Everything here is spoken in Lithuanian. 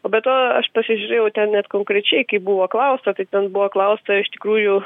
o be to aš pasižiūrėjau ten net konkrečiai kaip buvo klausta tai ten buvo klausta iš tikrųjų